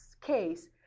case